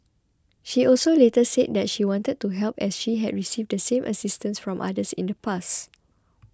she also later said that she wanted to help as she had received the same assistance from others in the past